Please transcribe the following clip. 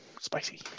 spicy